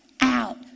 out